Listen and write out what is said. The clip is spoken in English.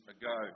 ago